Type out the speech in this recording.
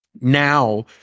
now